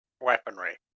weaponry